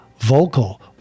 vocal